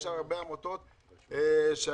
יש הרבה עמותות שהיו,